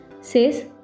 Says